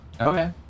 Okay